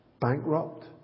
Bankrupt